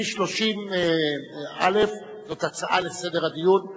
לפי סעיף 30(א) זו הצעה לסדר הדיון.